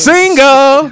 Single